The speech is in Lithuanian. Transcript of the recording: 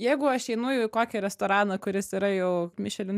jeigu aš einu į kokį restoraną kuris yra jau michelin